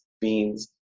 beans